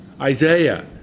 Isaiah